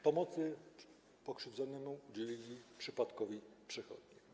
Pomocy pokrzywdzonemu udzielili przypadkowi przechodnie.